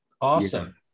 Awesome